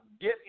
get